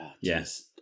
Yes